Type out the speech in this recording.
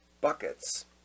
buckets